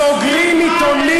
סוגרים עיתונים,